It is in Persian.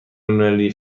المللی